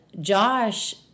Josh